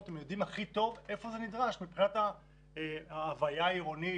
שהן יודעות הכי טוב היכן זה נדרש מבחינת ההוויה העירונית,